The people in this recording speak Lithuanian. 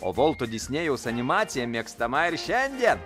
o volto disnėjaus animacija mėgstama ir šiandien